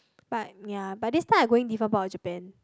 but ya but this time I going different part of Japan